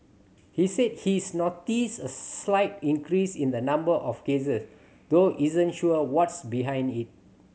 he said he's noticed a slight increase in the number of cases though isn't sure what's behind it